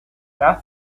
das